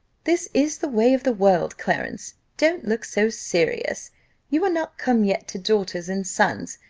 this is the way of the world, clarence. don't look so serious you are not come yet to daughters and sons,